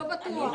לא בטוח.